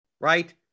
right